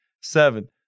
seven